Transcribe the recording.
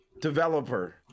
developer